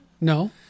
No